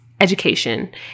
education